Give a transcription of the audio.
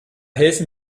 helfen